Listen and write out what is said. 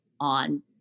on